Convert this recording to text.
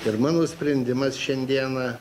ir mano sprendimas šiandieną